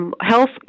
health